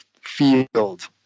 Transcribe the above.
field